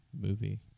movie